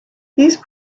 these